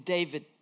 David